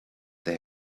they